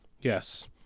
Yes